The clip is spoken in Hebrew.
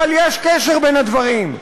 אבל יש קשר בין הדברים,